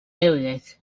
areas